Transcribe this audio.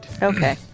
Okay